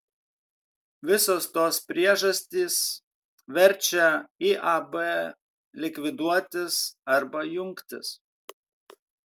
visos tos priežastys verčia iab likviduotis arba jungtis